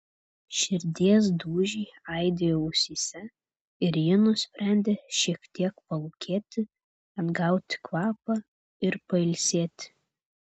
širdies dūžiai aidėjo ausyse ir ji nusprendė šiek tiek palūkėti atgauti kvapą ir pailsėti